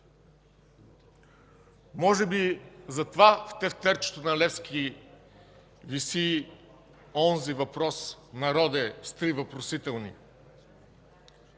Може би затова в тефтерчето на Левски виси онзи въпрос: „Народе???” – с три въпросителни.